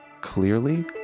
clearly